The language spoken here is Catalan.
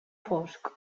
fosc